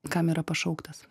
kam yra pašauktas